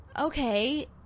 Okay